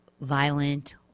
violent